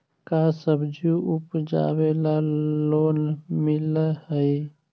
का सब्जी उपजाबेला लोन मिलै हई?